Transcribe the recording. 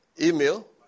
email